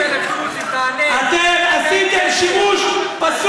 על מה הייתה ההפגנה של 80,00 דרוזים?